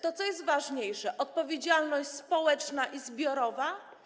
To co jest ważniejsze - odpowiedzialność społeczna i zbiorowa?